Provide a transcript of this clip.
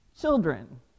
children